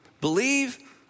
believe